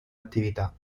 attività